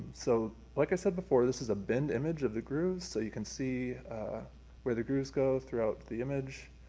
so like i said before, this is a binned image of the grooves. so you can see where the grooves go throughout the image.